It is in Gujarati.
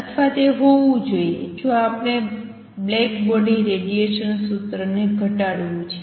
અથવા તે હોવું જોઈએ જો આપણે બ્લેકબોડી રેડિયેશન સૂત્રને ઘટાડવુ છે